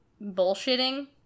bullshitting